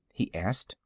he asked.